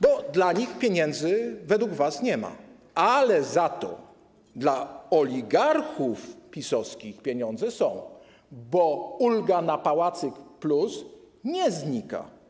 Bo dla nich pieniędzy według was nie ma, ale za to dla oligarchów PiS-owskich pieniądze są, bo ulga na pałacyk+ nie znika.